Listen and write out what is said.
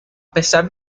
pesar